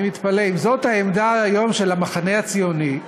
אני מתפלא: אם זאת העמדה של המחנה הציוני היום,